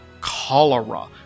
cholera